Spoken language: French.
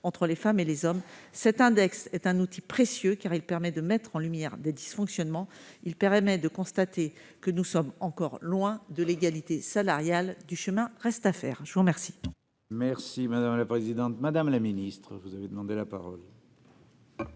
entre les femmes et les hommes. Cet index est un outil précieux, car il permet de mettre en lumière des dysfonctionnements et de constater que nous sommes encore loin de l'égalité salariale. Du chemin reste à faire ! La parole